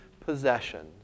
possessions